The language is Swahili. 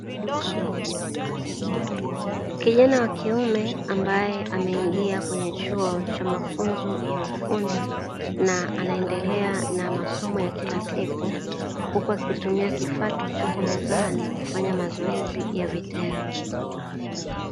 Kijana wa kiume, ambaye ameingia kwenye chuo cha mafunzo ya ufundi na anaendelea na masomo ya kila siku, huku akitumia kifaa kilichopo mezani kufanya mazoezi ya vitendo.